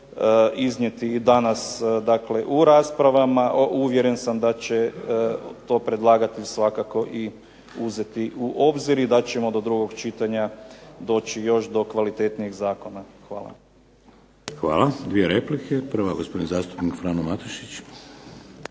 iznijeti i danas u raspravama. Uvjeren sam da će to predlagatelj svakako i uzeti u obzir i da ćemo do drugog čitanja doći još do kvalitetnijeg zakona. Hvala. **Šeks, Vladimir (HDZ)** hvala. Dvije replike. Prva, gospodin zastupnik Frano Matušić.